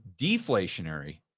deflationary